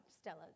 Stella